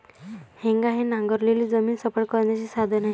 हेंगा हे नांगरलेली जमीन सपाट करण्याचे साधन आहे